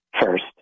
first